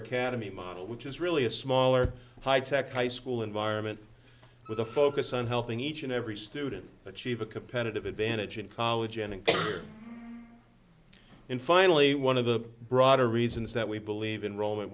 academy model which is really a smaller high tech high school environment with a focus on helping each and every student achieve a competitive advantage in college and in finally one of the broader reasons that we believe in role it